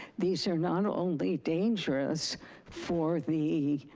these are not only dangerous for the